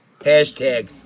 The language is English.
Hashtag